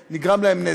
או נגרם להם נזק,